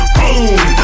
Boom